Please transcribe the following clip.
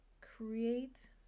create